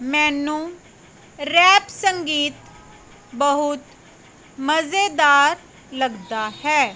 ਮੈਨੂੰ ਰੈਪ ਸੰਗੀਤ ਬਹੁਤ ਮਜ਼ੇਦਾਰ ਲੱਗਦਾ ਹੈ